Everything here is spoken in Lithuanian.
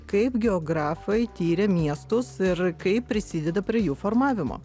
kaip geografai tiria miestus ir kaip prisideda prie jų formavimo